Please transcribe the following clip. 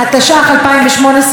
התשע"ח 2018,